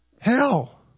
Hell